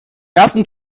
ersten